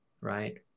right